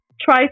Try